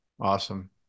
Awesome